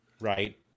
right